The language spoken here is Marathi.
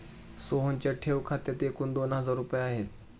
सोहनच्या ठेव खात्यात एकूण दोन हजार रुपये आहेत